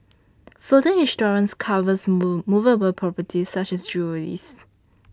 floater insurance covers move movable properties such as jewellery